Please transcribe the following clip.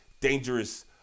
dangerous